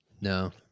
No